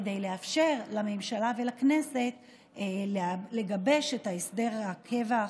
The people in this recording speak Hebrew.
כדי לאפשר להביא לממשלה ולכנסת לגבש את הסדר הקבע החלופי.